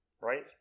right